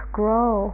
grow